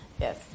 Yes